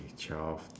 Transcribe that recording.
twelve